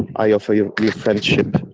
i offer you friendship.